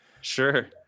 Sure